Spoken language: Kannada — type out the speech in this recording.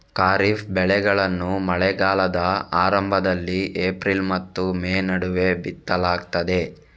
ಖಾರಿಫ್ ಬೆಳೆಗಳನ್ನು ಮಳೆಗಾಲದ ಆರಂಭದಲ್ಲಿ ಏಪ್ರಿಲ್ ಮತ್ತು ಮೇ ನಡುವೆ ಬಿತ್ತಲಾಗ್ತದೆ